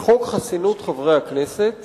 בחוק חסינות חברי הכנסת